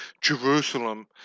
Jerusalem